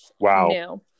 Wow